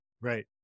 Right